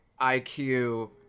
IQ